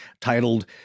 titled